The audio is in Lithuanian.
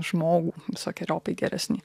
žmogų visokeriopai geresnį